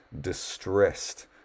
distressed